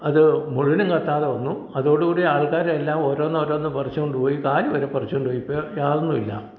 അത് മുഴുവനും കത്താതെ വന്നു അതോടുകൂടി ആൾക്കാർ എല്ലാം ഓരോന്നോരോന്ന് പറിച്ചുകൊണ്ട് പോയി കാൽ വരെ പറിച്ചുകൊണ്ട് പോയി ഇപ്പം യാതൊന്നുമില്ല